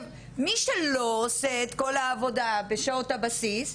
מי שלא עושה את כל העבודה בשעות הבסיס,